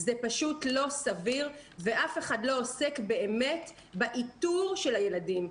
זה פשוט לא סביר ואף אחד לא עוסק באמת באיתור של הילדים.